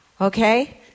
Okay